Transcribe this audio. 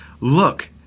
Look